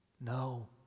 no